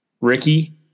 ricky